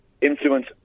influence